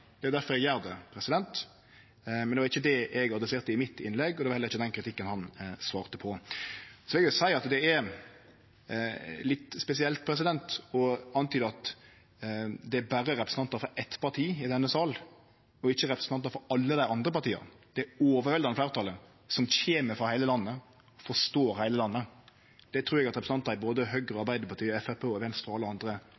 det er difor eg gjer det. Men det var ikkje det eg adresserte i mitt innlegg, og det var heller ikkje den kritikken han svarte på. Det er også litt spesielt å antyde at det er berre representantar frå eitt parti i denne salen og ikkje representantar frå alle dei andre partia – det overveldande fleirtalet, som kjem frå heile landet – som forstår heile landet. Det trur eg at representantar frå både Høgre, Arbeidarpartiet, Framstegspartiet, Venstre og